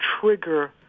trigger